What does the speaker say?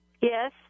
Yes